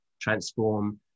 transform